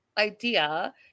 Idea